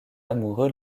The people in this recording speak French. amoureux